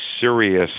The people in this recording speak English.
serious